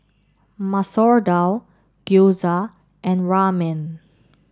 Masoor Dal Gyoza and Ramen